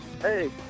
Hey